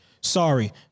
Sorry